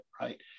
right